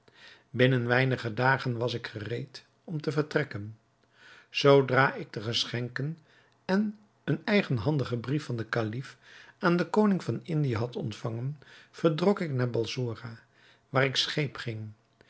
binnen weinige dagen was ik gereed om te vertrekken zoodra ik de geschenken en een eigenhandigen brief van den kalif aan den koning van indië had ontvangen vertrok ik naar balsora waar ik